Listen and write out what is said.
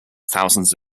thousands